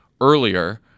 earlier